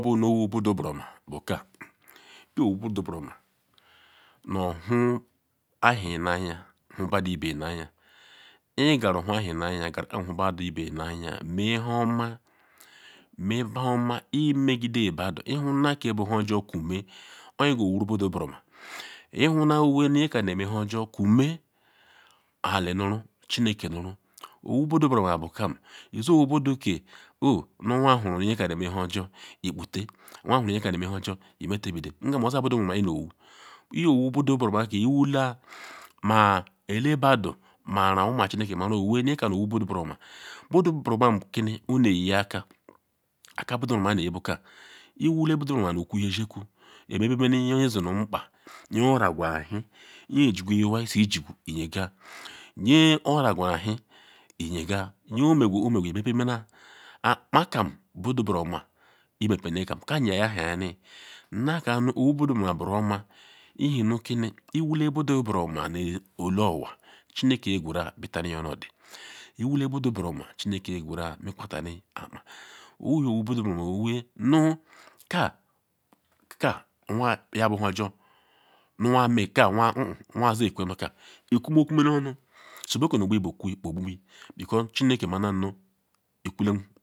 Buo nu owu budu buruoma bu ka iyowu budu buruoma nu ohu ewhi na anya hiebadu ibeyi na-anya ihe gara ohu ewhi na anya iyo hubadu iveyi nanga mea nhuoma mehuoma imegide badu ihuna ke bu njor kume yakpo iyesi wuro budu buruoma. Ihuna owee nu nyeka neme nhuojor kume eli nuru chineke nuru owo budu buruoma bu kem iso owu budu ke nu anwa huru nu nyeka neme nhujor imeta ibede ngam owee ma budu buruoma ke iwuke ma ele badu ma renwu ma chineke maru owee nyeka nu owu budu buruoma budu buruoma bugini oneyiaka aka budu buruoma buka iwoye budu buruoma iyokuya ezioku ibennenu nye ozinu nkpa nye oragu-ewhi nye jigu iwai nu nhe isi jigu iyega nye oragu ewhi nyiga nye omegu kpo ome qu imebiamana akpa kam bu budu buruoma ibehe meken kam yayahayani. Nnaka nu owu budu buruoma buruoma iheni iwule budu buruoma ihe ni iwule budu buruoma nu elu onwa chineke qweru bitani onodi iwu budu buruoma chineke qweru mekwatani akpa owu nu owu buruoma owee kakika nu anwa yabuihenjor nu nwaa meka hehen nu anwa yekwe nu kika ikume kume nu onu si be kunoqbuyi mekume ibe gbuyi mekume ibe gbuyi because chineke maruna nu ikule.